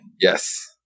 Yes